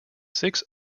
six